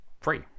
free